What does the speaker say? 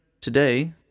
today